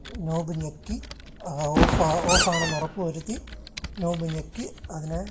knob ഞെക്കി off ഓഫാണെന്ന് ഉറപ്പു വരുത്തി നോബ് ഞെക്കി അതിനെ